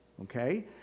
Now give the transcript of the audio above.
Okay